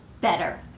better